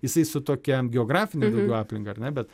jisai su tokia geografine daugiau aplinka ar ne bet